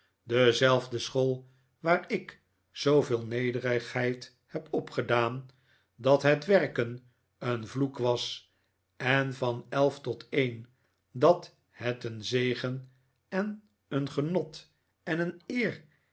dezelfde school waar ik zooveel nederigheid heb opgedaan dat het werken een vloek was en van elf tot een dat het een zegen en een genot en een eer